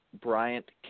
Bryant